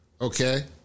Okay